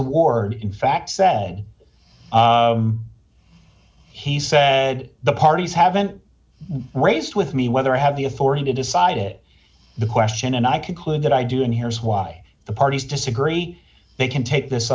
award in fact said he said the parties haven't raised with me whether i have the authority to decide it the question and i conclude that i do and here's why the parties disagree they can take this